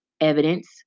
evidence